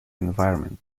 environment